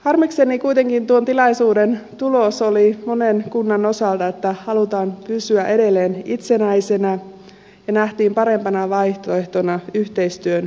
harmikseni kuitenkin tuon tilaisuuden tulos oli monen kunnan osalta että halutaan pysyä edelleen itsenäisinä ja nähtiin parempana vaihtoehtona yhteistyön lisääminen